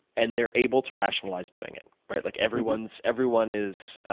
and they're able to rationalize doing it, right? like everyone so everyone is